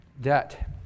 debt